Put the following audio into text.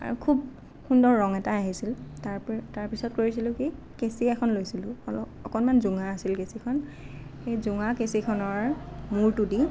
আৰু খুব সুন্দৰ ৰং এটা আহিছিল তাৰপিছত কৰিছিলোঁ কি কেছী এখন লৈছিলোঁ অকণমান জোঙা আছিল কেঁচিখন সেই জোঙা কেছীখনৰ মূৰটো দি